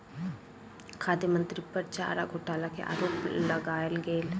खाद्य मंत्री पर चारा घोटाला के आरोप लगायल गेल